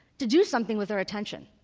to do something with their attention.